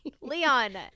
Leon